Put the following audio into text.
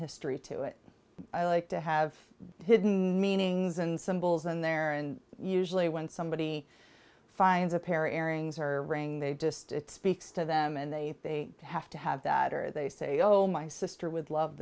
history to it i like to have hidden meanings and symbols in there and usually when somebody finds a pairings or ring they just it speaks to them and they have to have that or they say oh my sister would love